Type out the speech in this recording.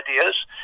ideas